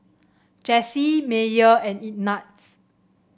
Jessy Myer and Ignatz